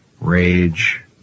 rage